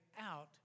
out